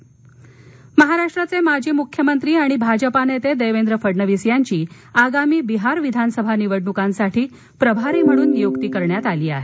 फडणवीस महाराष्ट्राचे माजी मुख्यमंत्री आणि भाजपा नेते देवेंद्र फडणवीस यांची आगामी बिहार विधानसभा निवडणुकांसाठी प्रभारी म्हणून नियुक्ती करण्यात आली आहे